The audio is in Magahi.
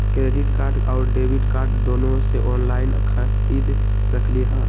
क्रेडिट कार्ड और डेबिट कार्ड दोनों से ऑनलाइन खरीद सकली ह?